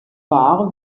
wahr